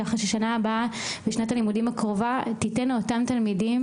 כך שבשנת הלימודים הקרובה תיתן לאותם תלמידים